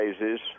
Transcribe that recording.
raises